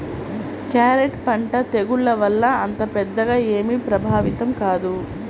carrot పంట తెగుళ్ల వల్ల అంత పెద్దగా ఏమీ ప్రభావితం కాదు